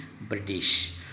british